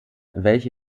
welche